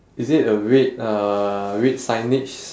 is it a red uh red signage